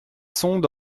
sonde